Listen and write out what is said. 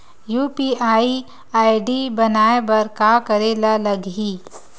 UPI ID बनाये बर का करे ल लगही?